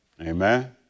Amen